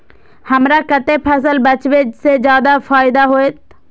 हमरा कते फसल बेचब जे फायदा होयत?